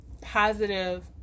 positive